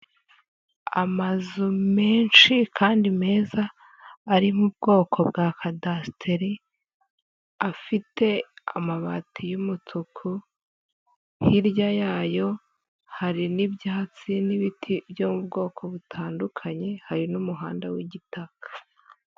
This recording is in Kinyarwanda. Amazu menshi kandi meza ari mu bwoko bwa kadasiteri afite amabati y'umutuku, hirya yayo hari n'ibyatsi n'ibiti byo mu bwoko butandukanye, hari n'umuhanda w'igitaka.